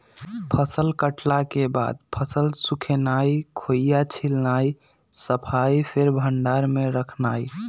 फसल कटला के बाद फसल सुखेनाई, खोइया छिलनाइ, सफाइ, फेर भण्डार में रखनाइ